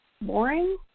boring